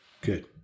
Good